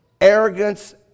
arrogance